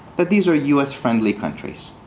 that these are u s. friendly countries.